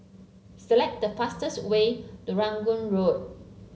select the fastest way to Rangoon Road